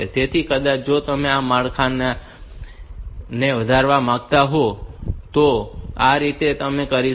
તેથી કદાચ જો તમે આ માળખા ને વધારવા માંગતા હોવ તો તમે તેને આ રીતે કરી શકો છો